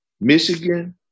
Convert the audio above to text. Michigan